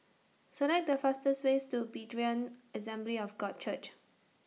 Select The fastest ways to Berean Assembly of God Church